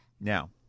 Now